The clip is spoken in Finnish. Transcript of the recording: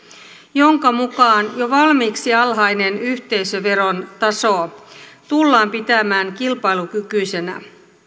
jonka mukaan jo valmiiksi alhainen yhteisöveron taso tullaan pitämään kilpailukykyisenä